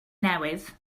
newydd